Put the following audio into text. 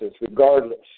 regardless